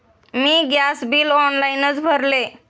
मी gas bill ऑनलाइनच भरले